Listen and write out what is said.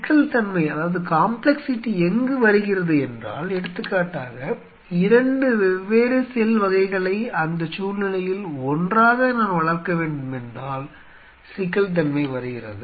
சிக்கல்தன்மை எங்கு வருகிறதென்றால் எடுத்துக்காட்டாக 2 வெவ்வேறு செல் வகைகளை அந்தச் சூழ்நிலையில் ஒன்றாக நான் வளர்க்க வேண்டுமென்றால் சிக்கல்தன்மை வருகிறது